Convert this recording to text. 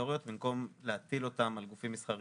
הרגולטוריות במקום להטיל אותן על גופים מסחריים,